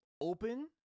open